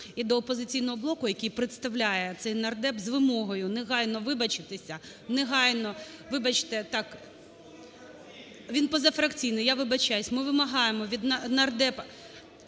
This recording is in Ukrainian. І до "Опозиційного блоку", який представляє цей нардеп, з вимогою негайно вибачитися, негайно… Так, він позафракційний, я вибачаюся. Ми вимагаємо від нардепа…